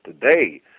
today